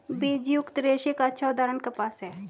बीजयुक्त रेशे का अच्छा उदाहरण कपास है